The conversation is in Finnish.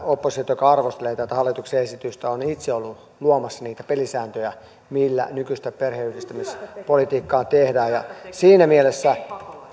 oppositio joka arvostelee tätä hallituksen esitystä on itse ollut luomassa niitä pelisääntöjä millä nykyistä perheenyhdistämispolitiikkaa tehdään ja siinä mielessä